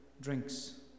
drinks